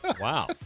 Wow